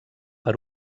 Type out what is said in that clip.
per